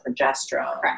progesterone